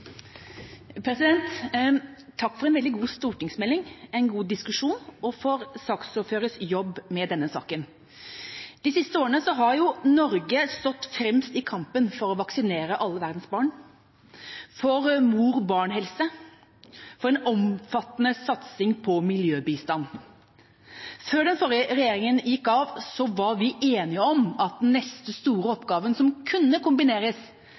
Takk for en veldig god stortingsmelding, for en god diskusjon og for saksordførerens jobb med denne saken. De siste årene har Norge stått fremst i kampen for å vaksinere alle verdens barn, for mor–barn-helse og for en omfattende satsing på miljøbistand. Før den forrige regjeringa gikk av, var vi enige om at den neste store oppgaven som kunne kombineres